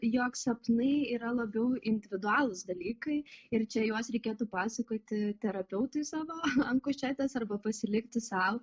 jog sapnai yra labiau individualūs dalykai ir čia juos reikėtų pasakoti terapeutui savo ant kušetės arba pasilikti sau